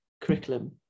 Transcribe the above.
curriculum